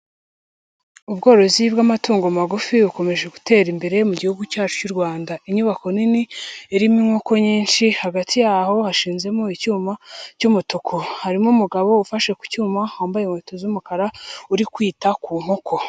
Ubworozi bw'amatungo magufi bukomeje gutera imbere mu gihugu cyacu cy'u Rwanda. Inyubako nini irimo inkoko nyinshi, hagati yaho hashinzemo icyuma cy'umutuku. Harimo umugabo ufashe ku cyuma wambaye inkweto z'umukara uri kwita ku nkoko.